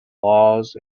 laws